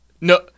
no